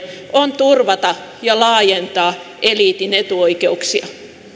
on turvata ja laajentaa eliitin etuoikeuksia